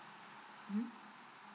mm